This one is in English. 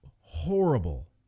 horrible